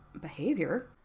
behavior